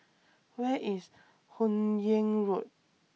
Where IS Hun Yeang Road